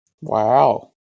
Wow